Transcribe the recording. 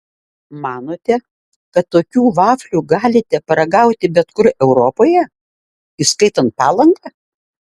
manote kad tokių vaflių galite paragauti bet kur europoje įskaitant palangą